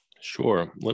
Sure